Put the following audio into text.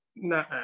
No